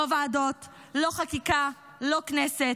לא ועדות, לא חקיקה, לא כנסת.